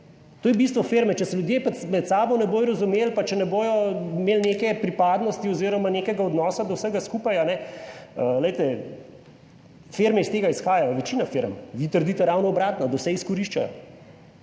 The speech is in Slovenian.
to je bistvo firme. Če se ljudje med sabo ne bodo razumeli, pa če ne bodo imeli neke pripadnosti, oz. nekega odnosa do vsega skupaj. Ne, glejte, firme iz tega izhajajo, večina firm, vi trdite ravno obratno, da vse izkoriščajo.